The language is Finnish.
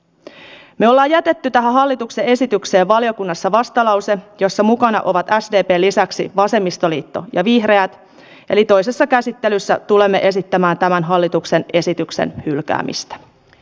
me olemme jättäneet tähän hallituksen esitykseen valiokunnassa vastalauseen jossa mukana ovat sdpn lisäksi vasemmistoliitto ja vihreät eli toisessa käsittelyssä tulemme esittämään tämän hallituksen esityksen hylkäämistä